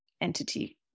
entity